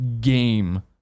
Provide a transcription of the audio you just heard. game